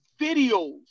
videos